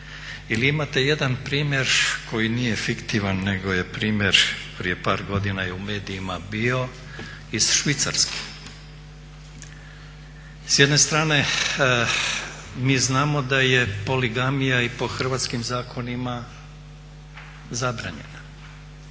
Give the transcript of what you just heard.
Ili imate jedan primjer koji nije fiktivan, nego je primjer prije par godina je u medijima bio iz Švicarske. S jedne strane mi znamo da je poligamija i po hrvatskim zakonima zabranjena.